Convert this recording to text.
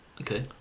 Okay